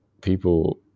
People